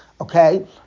Okay